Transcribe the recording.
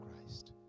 Christ